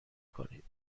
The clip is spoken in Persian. کنید